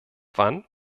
wann